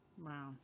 wow